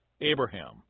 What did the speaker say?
Abraham